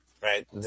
Right